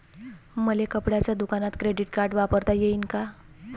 मले कपड्याच्या दुकानात क्रेडिट कार्ड वापरता येईन का?